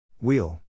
Wheel